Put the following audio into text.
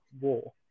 War